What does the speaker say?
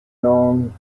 known